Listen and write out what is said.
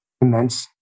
immense